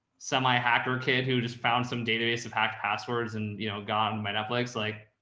semi hacker kid who just found some database of hack passwords and, you know, gone my netflix, like,